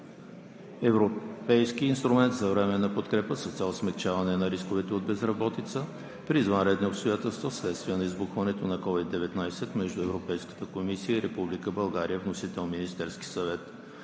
Европейски инструмент за временна подкрепа с цел смекчаване на рисковете от безработица при извънредни обстоятелства вследствие на избухването на COVID-19, между Европейската комисия и Република България. Вносител е Министерският съвет.